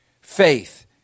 Faith